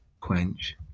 quench